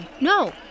No